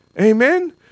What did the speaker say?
Amen